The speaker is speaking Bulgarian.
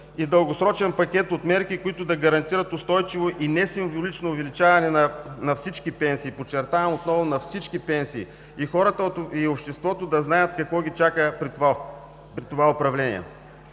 и дългосрочен пакет от мерки, които да гарантират устойчиво и несимволично увеличаване на всички пенсии, подчертавам отново: на всички пенсии. Нека хората и обществото да знаят какво ги чака при това управление.